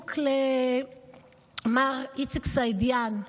חיבוק למר איציק סעידיאן,